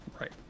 Right